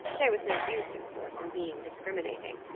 there was no use, of course, in being discriminating.